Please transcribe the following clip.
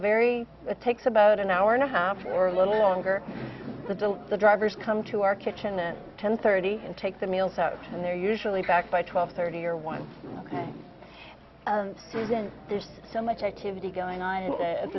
very it takes about an hour and a half or a little longer the drivers come to our kitchen at ten thirty and take their meals out and they're usually back by twelve thirty or one and then there's so much activity going on at